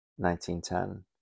1910